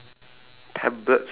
there's two tablets